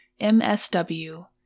MSW